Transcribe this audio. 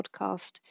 podcast